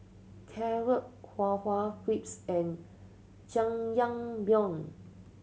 Carrot Halwa Crepes and Jajangmyeon